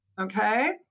Okay